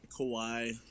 Kawhi